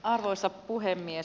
arvoisa puhemies